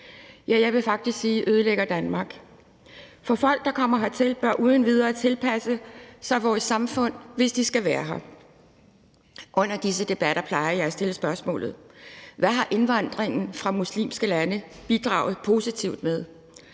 ja, jeg vil faktisk sige ødelægger Danmark. For folk, der kommer hertil, bør uden videre tilpasse sig vores samfund, hvis de skal være her. Under disse debatter plejer jeg at stille spørgsmålet: Hvad har indvandringen fra muslimske lande bidraget positivt med?